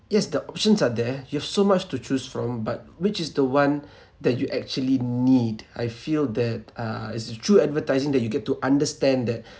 yes the options are there you've so much to choose from but which is the one that you actually need I feel that uh is is through advertising that you get to understand that